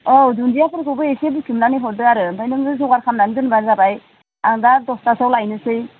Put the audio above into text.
औ दुनदियाफोरखौबो एसे बुथुमनानै हरदो आरो ओमफ्राय नोंनो जगार खालामनानै दोनब्लानो जाबाय आं दा दसथासोआव लायनोसै